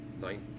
nine